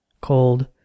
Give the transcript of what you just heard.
cold